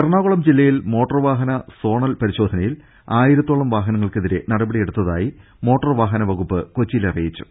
എറണാകുളം ജില്ലയിൽ മോട്ടോർവാഹന സോണൽ പരിശോ ധനയിൽ ആയിരത്തോളം വാഹനങ്ങൾക്കെതിരെ നടപടിയെടുത്ത തായി മോട്ടോർവാഹന വകുപ്പ് കൊച്ചിയിൽ അറിയിച്ചു